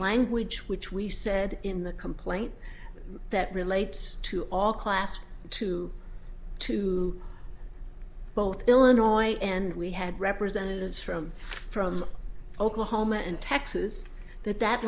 language which we said in the complaint that relates to all class two to both illinois and we had representatives from from oklahoma and texas that that